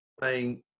playing